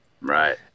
Right